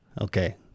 Okay